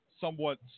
somewhat